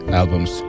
albums